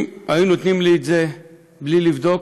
אם היו נותנים לי את זה בלי לבדוק